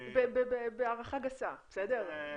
בהערכה גסה, בסדר?